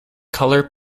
color